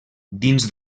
dins